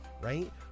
right